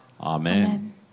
Amen